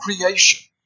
creation